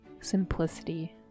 simplicity